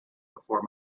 before